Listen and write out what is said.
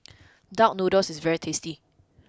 Duck Noodle is very tasty